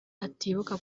atibuka